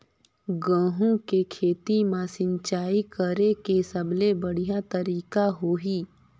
गंहू के खेती मां सिंचाई करेके सबले बढ़िया तरीका होही?